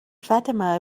fatima